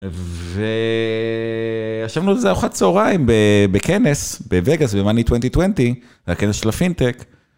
וישבנו לאיזה ארוחת צהריים בכנס בווגאס, במאני 2020, זה הכנס של הפינטק.